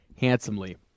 handsomely